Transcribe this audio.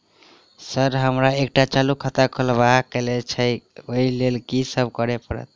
Sir हमरा एकटा चालू खाता खोलबाबह केँ छै ओई लेल की सब करऽ परतै?